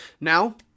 Now